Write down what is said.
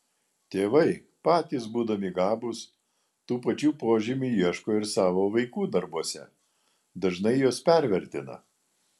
tėvai patys būdami gabūs tų pačių požymių ieško ir savo vaikų darbuose dažnai juos pervertina